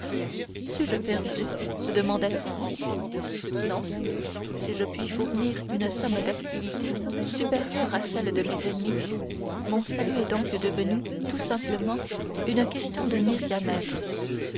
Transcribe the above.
suis-je perdu se demanda-t-il non si je puis fournir une somme d'activité supérieure à celle de mes ennemis mon salut est donc devenu tout simplement une question de